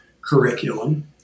curriculum